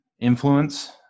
influence